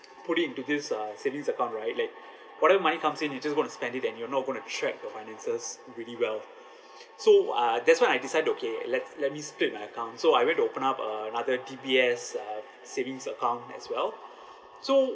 put it into this uh savings account right like whatever money comes in you just want to spend it and you're not going to track your finances really well so uh that's why I decide okay let let me split my account so I went to open up another D_B_S uh savings account as well so